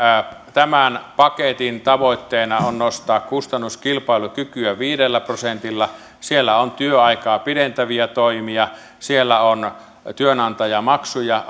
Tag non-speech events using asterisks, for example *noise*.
tämän paketin tavoitteena on nostaa kustannuskilpailukykyä viidellä prosentilla siellä on työaikaa pidentäviä toimia siellä on työantajamaksuja *unintelligible*